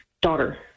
daughter